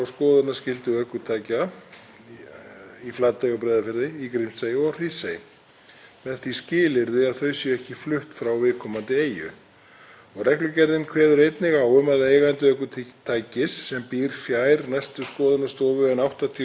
Reglugerðin kveður einnig á um að eigandi ökutækis sem býr fjær næstu skoðunarstofu en 80 km geti óskað eftir tveggja mánaða viðbótarfresti, hafi hann ekki átt þess kost að færa ökutæki til skoðunar innan tiltekins frests.